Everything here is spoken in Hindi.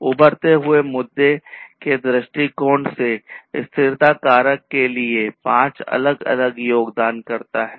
उभरते हुए मुद्दे के दृष्टिकोण से स्थिरता कारक के लिए पांच अलग अलग योगदानकर्ता हैं